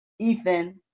Ethan